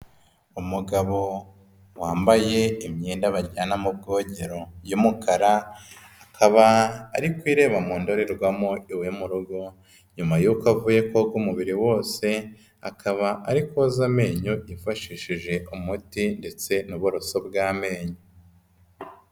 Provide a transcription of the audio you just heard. Umugabo wambaye imyenda bajyana mu bwogero y'umukara, akaba ari kwireba mu ndorerwamo iwe mu rugo nyuma yuko avuye koka umubiri wose, akaba ari koza amenyo yifashishije umuti ndetse n'uburoso bw'amenyo.